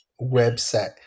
website